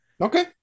Okay